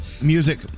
music